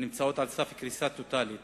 הנמצאות על סף קריסה טוטלית